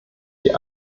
die